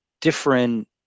different